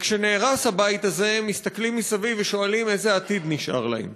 וכשנהרס הבית הזה הם מסתכלים מסביב ושואלים איזה עתיד נשאר להם.